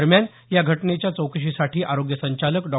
दरम्यान या घटनेच्या चौकशीसाठी आरोग्य संचालक डॉ